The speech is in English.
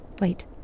Wait